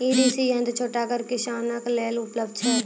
ई कृषि यंत्र छोटगर किसानक लेल उपलव्ध छै?